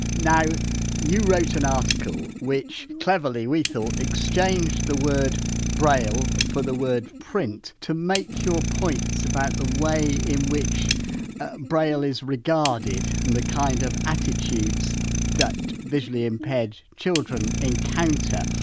you wrote an article which cleverly, we thought, exchanged the word braille for the word print to make your points about the way in which braille is regarded and the kind of attitudes that visually impaired children encounter.